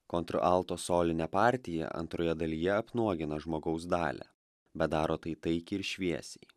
kontralto solinė partija antroje dalyje apnuogina žmogaus dalią bet daro tai taikiai ir šviesiai